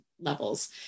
levels